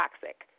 toxic